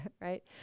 Right